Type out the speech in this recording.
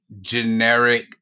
generic